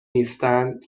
نیستند